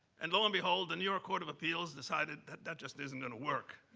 and lo and behold, the new york court of appeals decided that that just isn't gonna work.